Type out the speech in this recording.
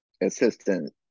assistant –